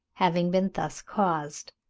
having been thus caused.